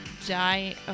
Die